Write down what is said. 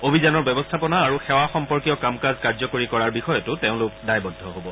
অভিযানৰ ব্যৱস্থাপনা আৰু সেৱা সম্পৰ্কীয় কাম কাজ কাৰ্যকৰী কৰাৰ বিষয়তো তেওঁলোক দায়বদ্ধ হ'ব